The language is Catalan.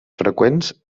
freqüents